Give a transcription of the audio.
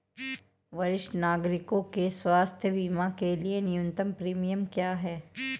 वरिष्ठ नागरिकों के स्वास्थ्य बीमा के लिए न्यूनतम प्रीमियम क्या है?